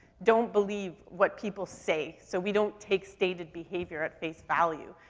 don't believe what people say. so we don't take stated behaviour at face value.